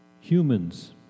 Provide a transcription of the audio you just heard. humans